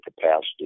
capacity